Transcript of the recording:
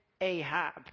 Ahab